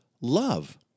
love